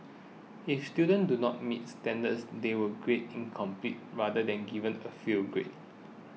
if students do not meet standards they were graded incomplete rather than given a fail grade